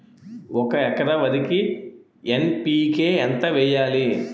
ఒక ఎకర వరికి ఎన్.పి.కే ఎంత వేయాలి?